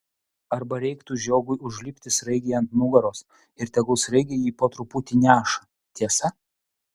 arba reiktų žiogui užlipti sraigei ant nugaros ir tegul sraigė jį po truputį neša tiesa